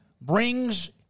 brings